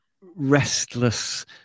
restless